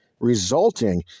resulting